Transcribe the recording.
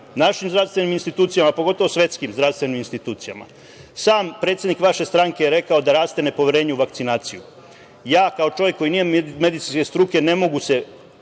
našim zdravstvenim institucijama, pogotovo svetskim zdravstvenim institucijama. Sam predsednik vaše stranke je rekao da raste nepoverenje u vakcinaciju. Kao čovek koji nije medicinske struke, ne mogu se